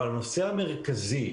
אבל הנושא המרכזי,